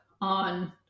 on